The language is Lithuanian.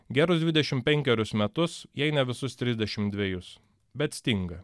gerus dvidešimt penkerius metus jei ne visus trisdešimt dvejus bet stinga